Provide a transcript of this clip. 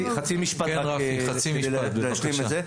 משפט כדי להשלים את זה?